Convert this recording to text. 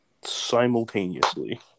simultaneously